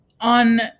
on